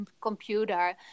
computer